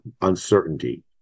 uncertainty